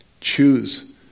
Choose